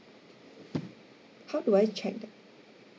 how do I check that